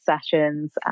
sessions